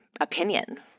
opinion